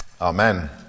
Amen